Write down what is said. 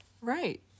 right